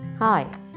Hi